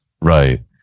Right